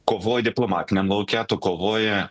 kovoji diplomatiniam lauke tu kovoji